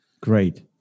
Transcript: Great